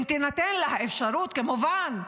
אם תינתן לה האפשרות כמובן,